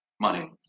money